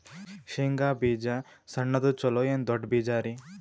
ಶೇಂಗಾ ಬೀಜ ಸಣ್ಣದು ಚಲೋ ಏನ್ ದೊಡ್ಡ ಬೀಜರಿ?